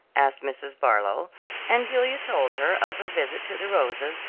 asked mrs. barlow and julia told her of her visit to the rosas,